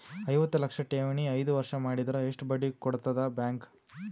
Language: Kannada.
ಐವತ್ತು ಲಕ್ಷ ಠೇವಣಿ ಐದು ವರ್ಷ ಮಾಡಿದರ ಎಷ್ಟ ಬಡ್ಡಿ ಕೊಡತದ ಬ್ಯಾಂಕ್?